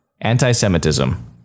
anti-Semitism